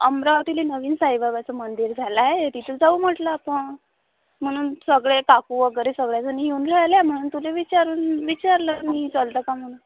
अमरावतीला नवीन साईबाबाचं मंदिर झालं आहे तिथं जाऊ म्हटलं आप म्हणून सगळे काकू वगैरे सगळ्या जणी येउन ऱ्हायल्या म्हणून तुला विचारून विचारलं मी चलता का म्हणून